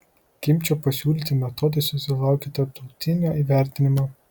kimčio pasiūlyti metodai susilaukė tarptautinio įvertinimo